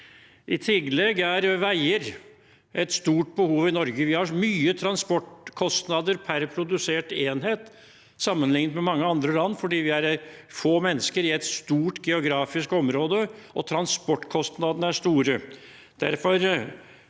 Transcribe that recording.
I tillegg er veier et stort behov i Norge. Vi har mye transportkostnader per produsert enhet sammenlignet med mange andre land, fordi vi er få mennesker i et stort geografisk område og transportkostnadene er store.